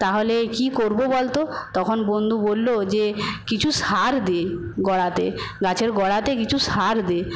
তাহলে কী করব বল তো তখন বন্ধু বলল যে কিছু সার দে গোড়াতে গাছের গোড়াতে কিছু সার দে